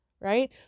right